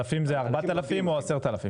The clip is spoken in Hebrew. אלפים זה 4,000 או 10,000?